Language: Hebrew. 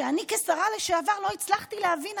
שאני כשרה לשעבר לא הצלחתי להבין,